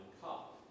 cup